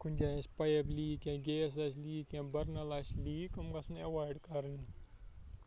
کُنہِ جاے آسہِ پایِپ لیٖک یا گیس آسہِ لیٖک یا بٔرنَل آسہِ لیٖک یِم گژھن ایوایِڈ کَرٕنۍ